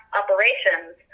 operations